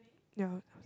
ya